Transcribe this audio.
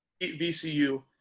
vcu